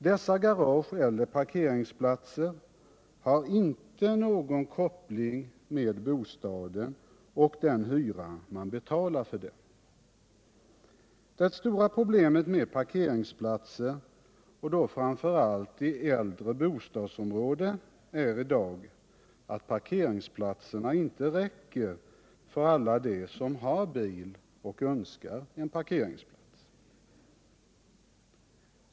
Dessa garage eller parkeringsplatser har inte någon koppling till bostaden och den hyra man betalar för denna. Det stora problemet när det gäller parkeringsplatser framför allt i äldre bostadsområden är I dag att parkeringsplatserna inte räcker för alla dem som har bil och önskar cgen parkeringsplats.